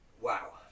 Wow